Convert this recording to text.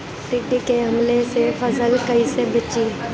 टिड्डी के हमले से फसल कइसे बची?